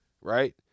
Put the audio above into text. right